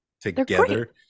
together